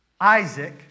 Isaac